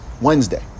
Wednesday